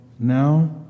Now